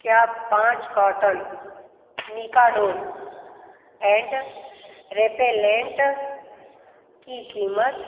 क्या पाँच carton Mikados ant repellent की कीमत